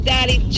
Daddy